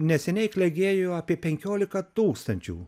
neseniai klegėjo apie penkiolika tūkstančių